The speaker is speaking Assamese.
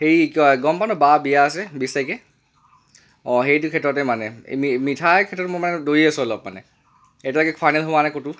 এই গম পাৱ ন বাৰ বিয়া আছে বিছ তাৰিখে অঁ সেইটো ক্ষেত্ৰতে মানে মিঠাই ক্ষেত্ৰত দৌৰি আছো মই মানে এতিয়ালৈকে ফাইনেল হোৱা নাই ক'তো